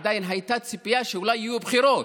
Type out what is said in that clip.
עדיין הייתה ציפייה שאולי יהיו בחירות,